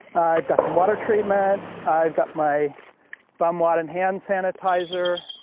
i've got some water treatment. i've got my bum, wad, and hand sanitizer.